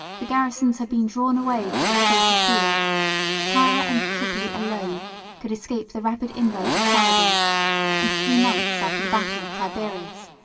the garrisons had been drawn away for this fatal field tyre and tripoli alone could escape the rapid inroad of saladin and three months after the battle of tiberias,